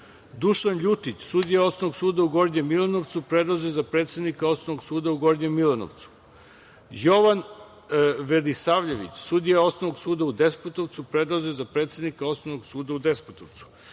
Dušan Ljutić sudija Osnovnog suda u Gornjem Milanovcu, predložen za predsednika Osnovnog suda u Gornjem Milanovcu; Jovan Velisavljević sudija Osnovnog suda u Despotovcu, predložen za predsednika Osnovnog suda u Despotovcu;